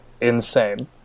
insane